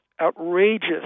outrageous